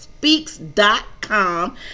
speaks.com